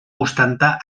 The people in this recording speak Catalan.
ostentar